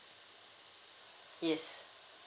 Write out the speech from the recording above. yes